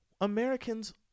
Americans